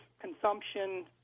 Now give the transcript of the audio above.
consumption